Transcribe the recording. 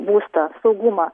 būstą saugumą